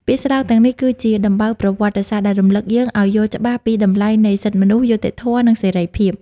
ពាក្យស្លោកទាំងនេះគឺជា "ដំបៅប្រវត្តិសាស្ត្រ" ដែលរំលឹកយើងឱ្យយល់ច្បាស់ពីតម្លៃនៃ សិទ្ធិមនុស្ស យុត្តិធម៌ និងសេរីភាព។